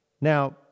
Now